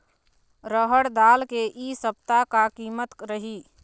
रहड़ दाल के इ सप्ता का कीमत रही?